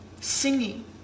Singing